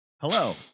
Hello